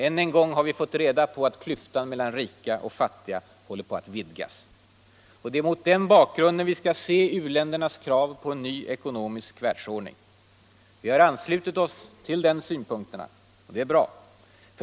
Ännu en gång har vi fått reda på att klyftan mellan rika och fattiga håller på att vidgas. Det är mot den här bakgrunden vi måste se u-ländernas krav på en ny ekonomisk världsordning. Sverige har anslutit sig till de synpunkterna. Det är bra.